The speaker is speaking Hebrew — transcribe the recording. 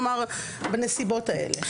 כלומר, בנסיבות האלה.